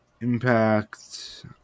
impact